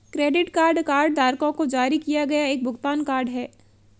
credit card कार्डधारकों को जारी किया गया एक भुगतान कार्ड है